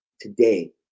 Today